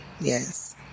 Yes